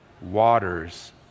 waters